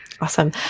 Awesome